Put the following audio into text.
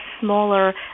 smaller